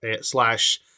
slash